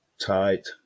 tight